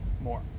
more